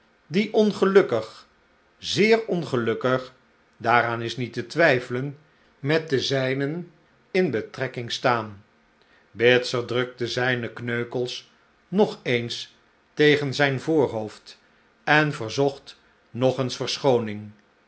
die ongelukkig zeer ongelukkig daaraan is niet te twijfelen met den zijnen in betrekking staan bitzer drukte zijne kneukels nog eens tegen zijn voorhoofd en verzocht nog eens